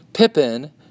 Pippin